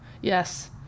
yes